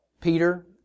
Peter